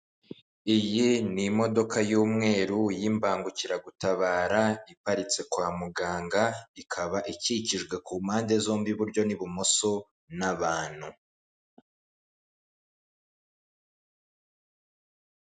Iyi ni imodoka y'umweru y'imbangukiragutabara iparitse kwa muganga ikaba ikikijwe ku mpande zombi iburyo n'ibumoso n'abantu.